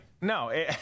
No